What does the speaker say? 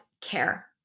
care